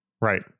Right